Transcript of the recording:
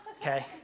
okay